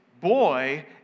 boy